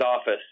office